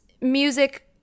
music